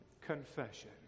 confession